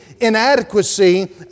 inadequacy